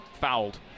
fouled